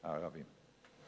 הערבים.